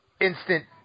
instant